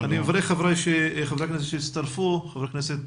אני מברך את חברי הכנסת שהצטרפו חבר הכנסת